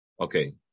okay